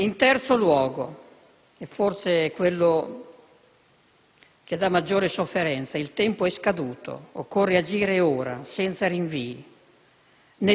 In terzo luogo - e forse è quello che dà maggiore sofferenza - il tempo è scaduto. Occorre agire ora, senza rinvii.